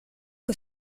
que